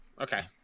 Okay